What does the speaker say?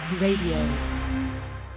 Radio